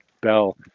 bell